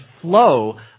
flow